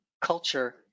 culture